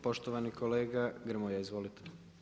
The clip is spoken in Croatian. Poštovani kolega Grmoja, izvolite.